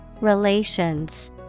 Relations